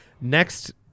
Next